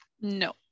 No